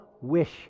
wish